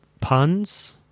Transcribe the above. Puns